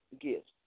gifts